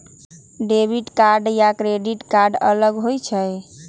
Debit card या credit card अलग होईछ ई?